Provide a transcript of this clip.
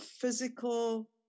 physical